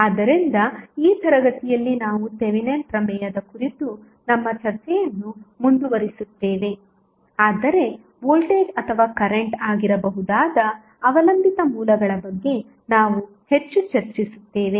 ಆದ್ದರಿಂದ ಈ ತರಗತಿಯಲ್ಲಿ ನಾವು ಥೆವೆನಿನ್ ಪ್ರಮೇಯದ ಕುರಿತು ನಮ್ಮ ಚರ್ಚೆಯನ್ನು ಮುಂದುವರಿಸುತ್ತೇವೆ ಆದರೆ ವೋಲ್ಟೇಜ್ ಅಥವಾ ಕರೆಂಟ್ ಆಗಿರಬಹುದಾದ ಅವಲಂಬಿತ ಮೂಲಗಳ ಬಗ್ಗೆ ನಾವು ಹೆಚ್ಚು ಚರ್ಚಿಸುತ್ತೇವೆ